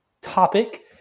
topic